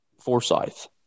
Forsyth